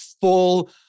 full